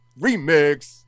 remix